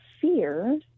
fear